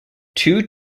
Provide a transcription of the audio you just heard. two